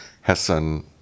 Hessen